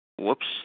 Whoops